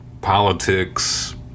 politics